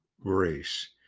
grace